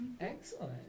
Excellent